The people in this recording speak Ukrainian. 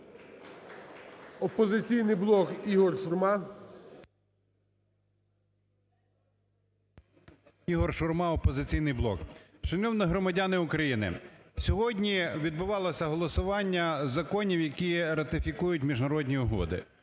"Опозиційний блок", Ігор Шурма. 13:06:45 ШУРМА І.М. Ігор Шурма, "Опозиційний блок". Шановні громадяни України, сьогодні відбувалося голосування законів, які ратифікують міжнародні угоди.